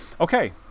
Okay